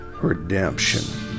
Redemption